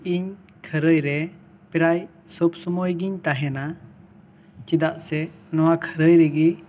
ᱤᱧ ᱠᱷᱟᱹᱨᱟᱹᱭ ᱨᱮ ᱯᱨᱟᱭ ᱥᱚᱵᱽ ᱥᱚᱢᱚᱭ ᱜᱤᱧ ᱛᱟᱦᱮᱱᱟ ᱪᱮᱫᱟᱜ ᱥᱮ ᱱᱚᱣᱟ ᱠᱷᱟᱹᱨᱟᱹᱭ ᱨᱮᱜᱤ